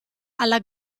alla